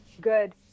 good